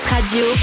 Radio